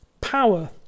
power